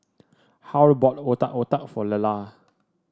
Harl bought Otak Otak for Lelah